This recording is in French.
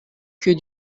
que